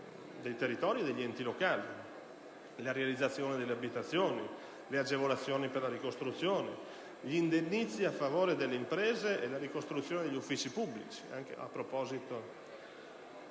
la realizzazione delle abitazioni, le agevolazioni per la ricostruzione, gli indennizzi a favore delle imprese e la ricostruzione degli uffici pubblici.